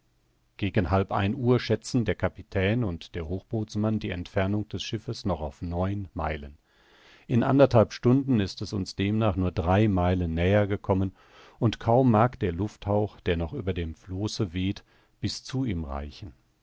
gegen halb ein uhr schätzen der kapitän und der hochbootsmann die entfernung des schiffes noch auf neun meilen in anderthalb stunden ist es uns demnach nur drei meilen näher gekommen und kaum mag der lufthauch der noch über dem flosse weht bis zu ihm reichen